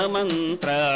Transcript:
Mantra